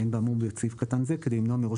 אין באמור בסעיף קטן זה כדי למנוע מראש